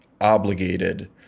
obligated